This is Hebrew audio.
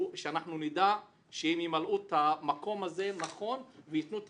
נדע שהם ימלאו את המקום הזה נכון ויתנו את